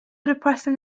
depressing